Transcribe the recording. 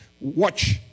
Watch